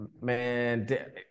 Man